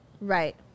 Right